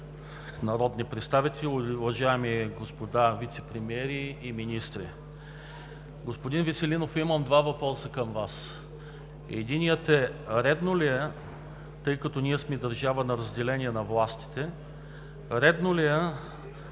народни представители, уважаеми господа вицепремиери и министри! Господин Веселинов, имам два въпроса към Вас. Единият е: редно ли е, тъй като ние сме държава на разделение на властите, шефът на